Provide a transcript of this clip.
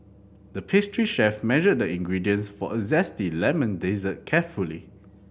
the pastry chef measured the ingredients for a zesty lemon dessert carefully